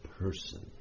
person